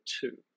two